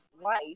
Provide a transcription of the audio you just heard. life